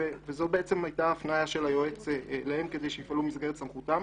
וזו הייתה הפניה של היועץ אליהם כדי שהם יפעלו במסגרת סמכותם.